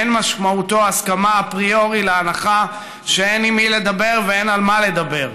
אין משמעותו הסכמה אפריורי להנחה שאין עם מי לדבר ואין על מה לדבר.